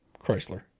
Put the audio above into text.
Chrysler